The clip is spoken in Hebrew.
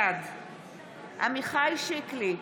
בעד עמיחי שיקלי,